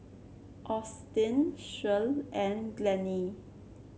Austin Shirl and Glennie